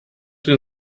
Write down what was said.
den